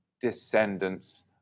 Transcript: descendants